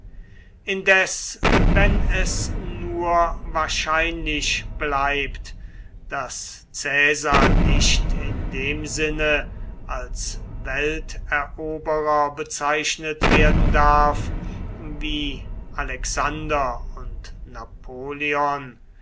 indes wenn es nur wahrscheinlich bleibt daß caesar nicht in dem sinne als welteroberer bezeichnet werden darf wie alexander und napoleon